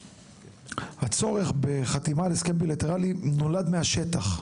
הצורך בחתימה על הסכן בילטרלי נולד מהשטח.